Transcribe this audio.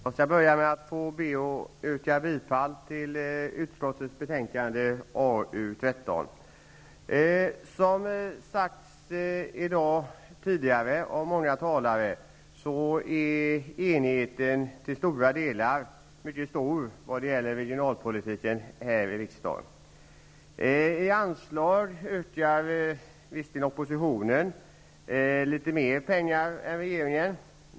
Herr talman! Till att börja med yrkar jag bifall till arbetsmarknadsutskottets hemställan i dess betänkande nr 13. Som många talare här tidigare i dag har sagt är enigheten mycket stor i riksdagen vad gäller regionalpolitiken. Visserligen yrkar oppositionen på litet mer pengar i anslag än vad regeringen gör.